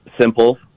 simple